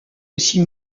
aussi